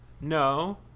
no